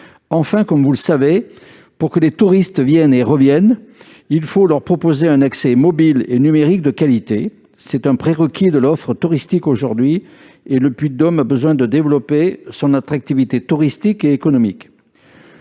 outre, comme vous le savez, pour que les touristes viennent et reviennent, il faut leur proposer un accès numérique de qualité. C'est un prérequis de l'offre touristique actuelle, et le Puy-de-Dôme a besoin de fortifier son attractivité touristique et économique.